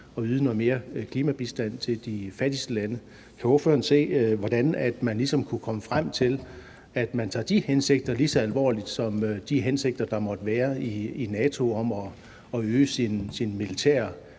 at yde noget mere klimabistand til de fattigste lande, lige så alvorligt. Kan ordføreren se, hvordan man ligesom kunne komme frem til, at man tager de hensigter lige så alvorligt som de hensigter, der måtte være i NATO om at øge sine militære